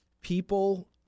people